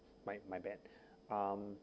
my my bad um